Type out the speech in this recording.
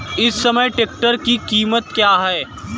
इस समय ट्रैक्टर की कीमत क्या है?